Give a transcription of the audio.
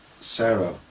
Sarah